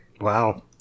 wow